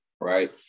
right